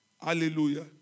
Hallelujah